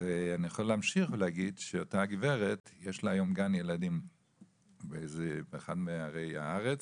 אני יכול להמשיך ולהגיד שלאותה גברת יש היום גן ילדים באחת מערי הארץ,